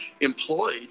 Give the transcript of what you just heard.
employed